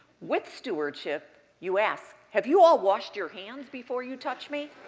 with stewardship, you ask, have you all washed your hands before you touch me?